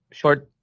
short